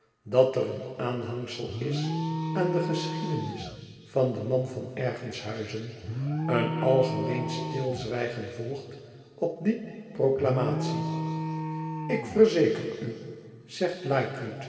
dat er een aanhangsel is aan de geschiedenis van den man van ërgenshuizen een algemeen stilzwijgen volgt op die proclamatie ik verzeker u zegt